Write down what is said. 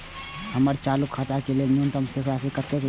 हमर चालू खाता के लेल न्यूनतम शेष राशि कतेक या?